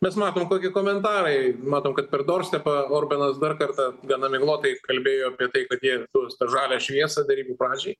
mes matom kokie komentarai matom kad per dorstepą orbanas dar kartą gana miglotai kalbėjo apie tai kad jie tus tą žalią šviesą derybų pradžiai